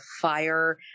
fire